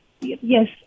yes